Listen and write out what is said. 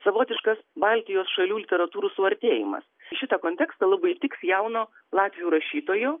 savotiškas baltijos šalių literatūrų suartėjimas į šitą kontekstą labai tiks jauno latvių rašytojų